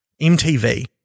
MTV